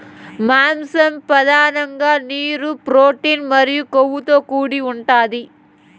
మాంసం పధానంగా నీరు, ప్రోటీన్ మరియు కొవ్వుతో కూడి ఉంటాది